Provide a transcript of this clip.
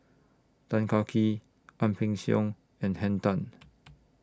Tan Kah Kee Ang Peng Siong and Henn Tan